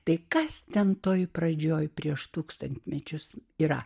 tai kas ten toje pradžioje prieš tūkstantmečius yra